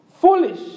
Foolish